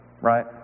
right